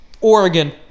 Oregon